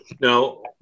Now